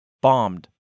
Bombed